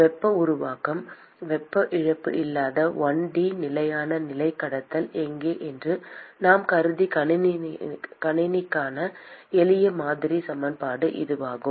வெப்ப உருவாக்கம்வெப்ப இழப்பு இல்லாத 1 டி நிலையான நிலை கடத்தல் எங்கே என்று நாம் கருதிய கணினிக்கான எளிய மாதிரி சமன்பாடு இதுவாகும்